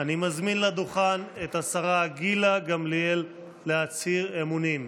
אני מזמין לדוכן את השרה גילה גמליאל להצהיר אמונים.